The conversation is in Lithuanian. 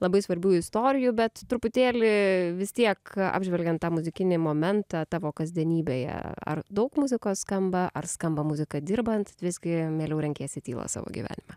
labai svarbių istorijų bet truputėlį vis tiek apžvelgiant tą muzikinį momentą tavo kasdienybėje ar daug muzikos skamba ar skamba muzika dirbant visgi mieliau renkiesi tylą savo gyvenime